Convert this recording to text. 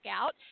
out